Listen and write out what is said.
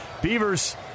Beavers